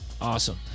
awesome